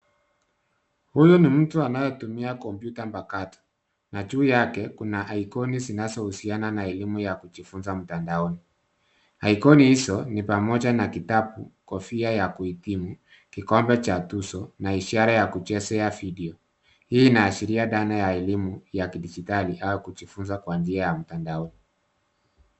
Huyu ni mtu anayetumia kompyuta mpakato, na juu yake kuna ikoni zinazohusiana na elimu ya kujifunza mtandaoni. Ikoni hizo ni pamoja na kitabu, kofia ya kuhitimu, kikombe cha tuzo, na ishara ya kuchezea video. Hii inaashiria dhana ta elimu ya kidijitali au kujifunza kwa njia ya mtandaoni.